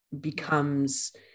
becomes